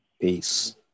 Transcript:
Peace